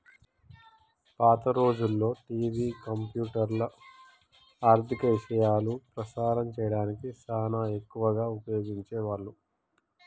పాత రోజుల్లో టివి, కంప్యూటర్లు, ఆర్ధిక ఇశయాలు ప్రసారం సేయడానికి సానా ఎక్కువగా ఉపయోగించే వాళ్ళు